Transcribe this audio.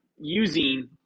using